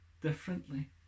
differently